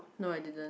no I didn't